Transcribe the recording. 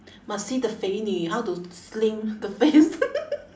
must see the 肥女：fei nv how to slim the face